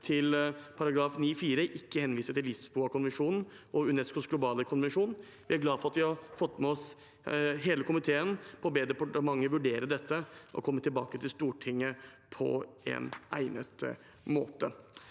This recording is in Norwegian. til § 9-4 ikke henviser til Lisboakonvensjonen og UNESCOs globale konvensjon. Vi er glade for at vi har fått med oss hele komiteen på å be departementet vurdere dette og komme tilbake til Stortinget på egnet måte.